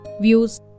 views